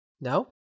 no